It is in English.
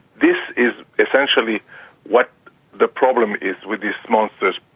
this is essentially what the problem is with these monsters.